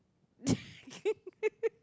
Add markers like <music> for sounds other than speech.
<laughs>